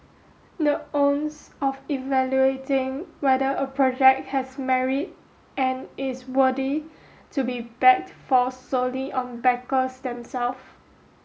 the onus of evaluating whether a project has merit and is worthy to be backed falls solely on backers them self